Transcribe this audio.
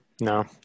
no